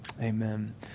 Amen